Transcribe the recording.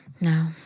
No